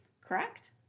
correct